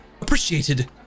appreciated